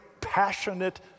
passionate